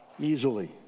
easily